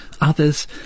others